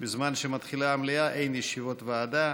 בזמן שמתחילה המליאה אין ישיבות ועדה,